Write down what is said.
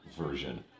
version